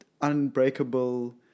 unbreakable